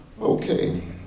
okay